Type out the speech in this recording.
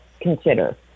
consider